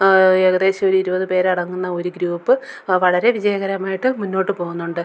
ഏകദേശം ഒരിരുപത് പേരടങ്ങുന്ന ഒരു ഗ്രൂപ്പ് വളരെ വിജയകരമായിട്ട് മുന്നോട്ട് പോവുന്നുണ്ട്